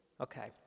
Okay